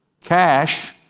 cash